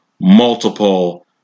multiple